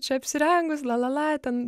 čia apsirengus la la ten